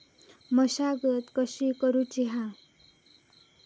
मशागत कशी करूची हा?